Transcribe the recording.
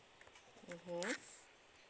mmhmm